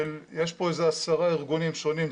יש פה עשרה ארגונים שונים,